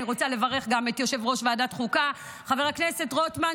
אני רוצה לברך גם את יושב-ראש ועדת החוקה חבר הכנסת רוטמן,